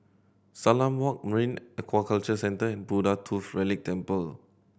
Salam Walk Marine Aquaculture Centre Buddha Tooth Relic Temple